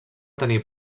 tenir